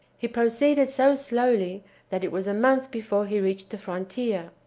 he proceeded so slowly that it was a month before he reached the frontier.